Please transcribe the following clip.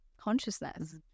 consciousness